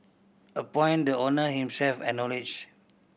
a point the owner himself acknowledge